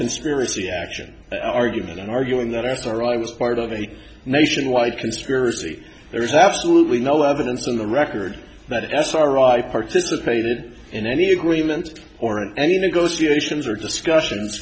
conspiracy action argument in arguing that arthur i was part of a nationwide conspiracy there is absolutely no evidence in the record that sri participated in any agreements or in any negotiations or discussions